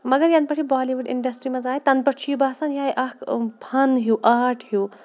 مگر یَنہ پٮ۪ٹھ یہِ بالیٖوُڈ اِنڈَسٹِرٛی منٛز آے تَنہٕ پٮ۪ٹھ چھُ یہِ باسان یِہٕے اَکھ فَن ہیوٗ آٹ ہیوٗ